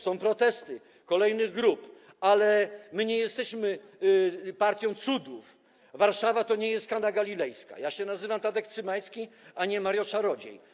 Są protesty kolejnych grup, ale my nie jesteśmy partią cudów, Warszawa to nie jest Kana Galilejska, ja się nazywam Tadek Cymański, a nie Mario Czarodziej.